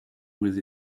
with